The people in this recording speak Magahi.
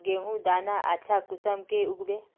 गेहूँर दाना अच्छा कुंसम के उगबे?